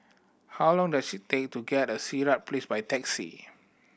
how long does it take to get at Sirat Place by taxi